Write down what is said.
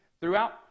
Throughout